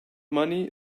money